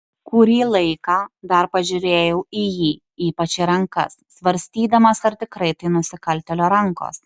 kurį laiką dar pažiūrėjau į jį ypač į rankas svarstydamas ar tikrai tai nusikaltėlio rankos